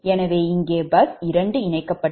எனவே இங்கே பஸ் 2 இணைக்கப்பட்டுள்ளது